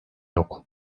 yok